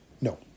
No